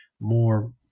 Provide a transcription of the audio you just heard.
more